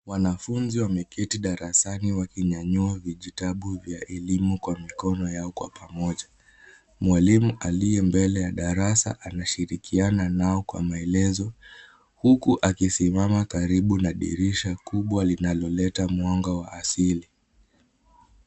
Wanafunzi wameketi darasani wakinyanyua vijitabu vya elimu kwa mikono yao kwa pamoja. Mwalimu aliye mbele ya darasani anashirikiana nao kwa maelezo huku akisimama karibu na dirisha kubwa linaloleta mwanga wa asili.